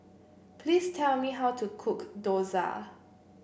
please tell me how to cook Dosa